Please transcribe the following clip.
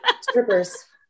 Strippers